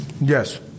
Yes